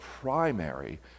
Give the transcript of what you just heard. primary